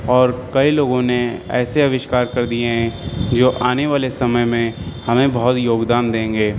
اور کئی لوگوں نے ایسے آوشکار کر دیے ہیں جو آنے والے سمئے میں ہمیں بہت یوگدان دیں گے